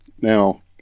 Now